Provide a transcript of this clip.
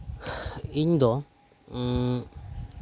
ᱤᱧ ᱫᱚ